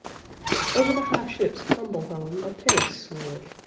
over the high ship's tumble-home a pinnace slid,